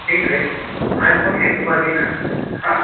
ठीक है high court भी घुमा देना हाँ